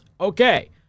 Okay